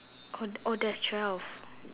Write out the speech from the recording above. con~ oh there's twelve